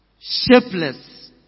shapeless